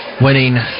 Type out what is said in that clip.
winning